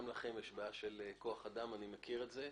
גם לכם יש בעיה של כוח אדם, אני מכיר את זה.